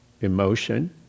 emotion